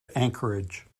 anchorage